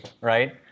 right